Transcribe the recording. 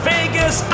Vegas